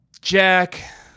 Jack